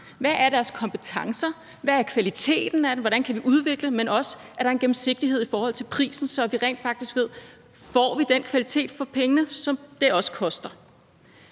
Hvad er deres kompetencer, hvad er kvaliteten af dem, hvordan kan vi udvikle dem? Men der er også spørgsmålet: Er der en gennemsigtighed i forhold til prisen, så vi rent faktisk ved, om vi får den kvalitet for pengene, som vi betaler